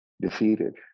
defeated